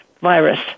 virus